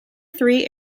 three